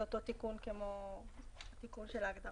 זה אותו תיקון כמו התיקון של ההגדרה.